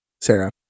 Sarah